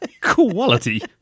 quality